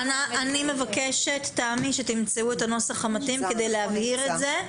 אני מבקשת שתמצאו את הנוסח המתאים כדי להבהיר את זה.